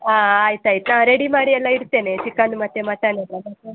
ಹಾಂ ಆಯ್ತು ಆಯ್ತು ನಾವು ರೆಡಿ ಮಾಡಿ ಎಲ್ಲ ಇಡ್ತೇನೆ ಚಿಕನ್ ಮತ್ತು ಮಟನ್ ಎಲ್ಲ ಆಯಿತಾ